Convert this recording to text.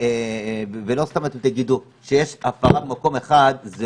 ולא סתם תגידו שיש הפרה במקום אחד זה